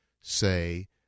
say